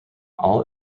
all